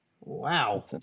Wow